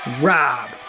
Rob